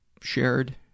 shared